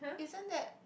isn't that